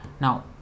now